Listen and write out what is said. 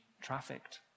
trafficked